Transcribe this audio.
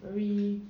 very